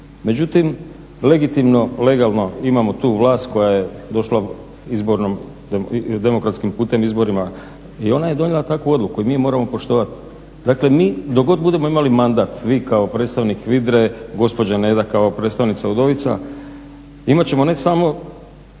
Međutim legitimno, legalno imamo tu vlast koja je došla demokratskim putem izborima i ona je donijela takvu odluku i mi je moramo poštovati. Dakle mi dok god budemo imali mandat, vi kao predstavnik HVIDRA-e, gospođa Neda kao predstavnica udovica imat ćemo ne samo